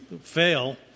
fail